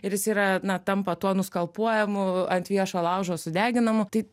ir jis yra na tampa tuo nuskalpuojamu ant viešo laužo sudeginamu tai